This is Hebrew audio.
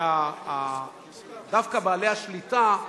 ודווקא בעלי השליטה,